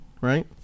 Right